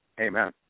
Amen